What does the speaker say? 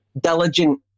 diligent